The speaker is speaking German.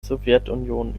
sowjetunion